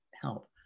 help